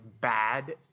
bad